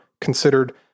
considered